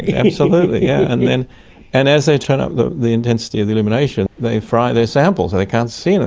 yeah absolutely. yeah and and as they turn up the the intensity of the illumination they fry their samples and they can't see you know